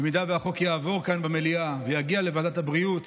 אם החוק יעבור כאן במליאה ויגיע לוועדת הבריאות,